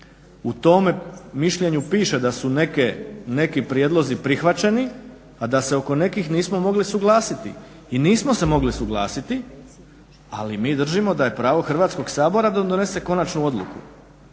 U tom mišljenju piše da su neki prijedlozi prihvaćeni, a da se oko nekih nismo mogli usuglasiti. I nismo se mogli usuglasiti ali mi držimo da je pravo Hrvatskog sabora da donese konačnu odluku.